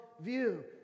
view